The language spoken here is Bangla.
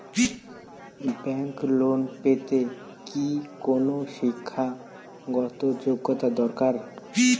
ব্যাংক লোন পেতে কি কোনো শিক্ষা গত যোগ্য দরকার?